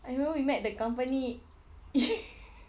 I remember we met the company